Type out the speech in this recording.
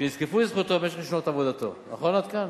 שייזקפו לרשותו במשך שנות עבודתו, נכון עד כאן?